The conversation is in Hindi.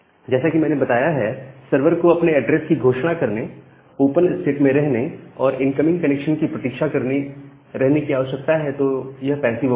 जैसा कि मैंने बताया है कि सर्वर को अपने एड्रेस की घोषणा करने ओपन स्टेट में रहने और इनकमिंग कनेक्शन की प्रतीक्षा करने रहने की आवश्यकता है तो यह पैसिव ओपन है